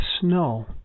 snow